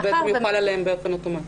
ואז זה יוחל עליהם באופן אוטומטי.